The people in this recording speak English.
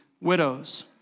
widows